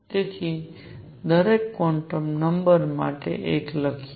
તેથી દરેક quantum number માટે એક લખીએ